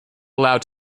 allowed